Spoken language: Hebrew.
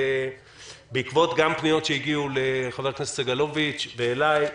בעקבות פניות שהגיעו לחבר הכנסת סגלוביץ' ואלי,